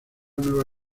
nueva